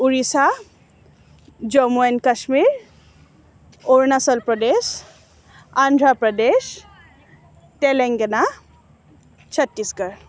Orissa Jammu and Kashmir Arunachal Pradesh Andhra Pradesh Telangana Chhattisgarh